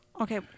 Okay